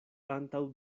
antaŭ